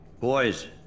Boys